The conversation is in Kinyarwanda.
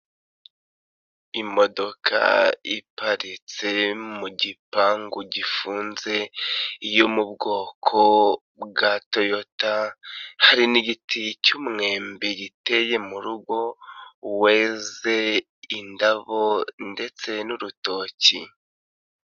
Imodoka iparitse mu gipangu gifunze yo mu bwoko bwa toyota hari n'igiti cy'mwembe giteye mu rugo weze, indabo ndetse n'urutoki.